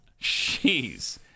Jeez